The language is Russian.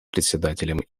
представителем